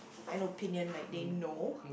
an opinion like they know